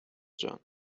جان